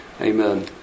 Amen